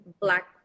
black